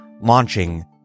launching